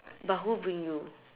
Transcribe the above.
but who bring you